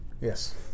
Yes